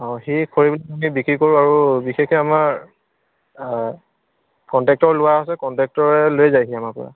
সেই খৰিখিনি বিক্ৰী কৰোঁ আৰু বিশেষকৈ আমাৰ কনট্ৰেক্টৰ লোৱা আছে কনট্ৰেক্টৰে লৈ যায়হি আমাৰপৰা